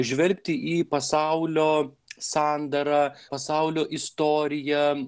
žvelgti į pasaulio sandarą pasaulio istoriją